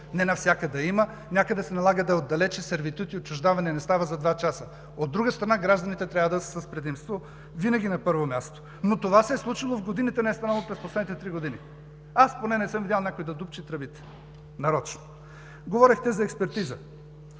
не навсякъде има, някъде се налага да е отдалече сервитутът и отчуждаването не става за два часа. От друга страна, гражданите трябва да са с предимство. Винаги на първо място, но това се е случило в годините, не е станало през последните три години. Аз поне не съм видял някой да дупчи тръбите нарочно. Говорехте за експертиза.